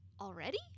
already